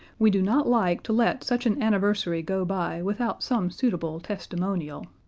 we do not like to let such an anniversary go by without some suitable testimonial,